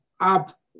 up